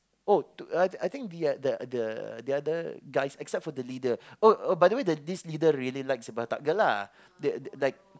oh to I I think the the other the other guys except for the leader oh oh by the way this leader really likes the batak girl lah the the like